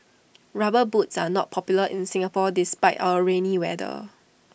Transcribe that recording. rubber boots are not popular in Singapore despite our rainy weather